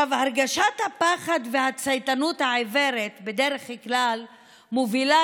הרגשת הפחד והצייתנות העיוורת בדרך כלל מובילות